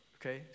okay